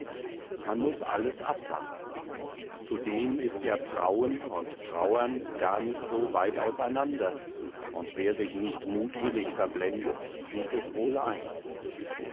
man muß alles abwarten zudem ist ja trauen und trauern gar nicht so weit auseinander und wer sich nicht mutwillig verblendet sieht es wohl ein